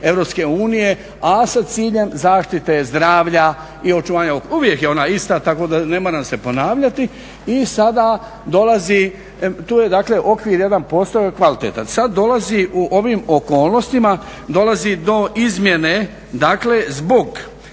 Europske unije, a sa ciljem zaštite zdravlja i očuvanja okoliša. Uvijek je ona ista, tako da ne moram se ponavljati. I sada dolazi, tu je dakle okvir jedan postoji kvalitetan. Sada dolazi u ovim okolnostima, dolazi do izmjene dakle zbog